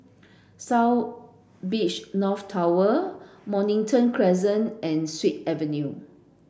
South Beach North Tower Mornington Crescent and Sut Avenue